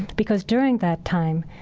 because during that time,